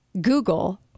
Google